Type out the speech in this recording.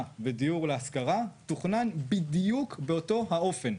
ודיור להשכרה תוכנן בדיוק באותו האופן,